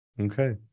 okay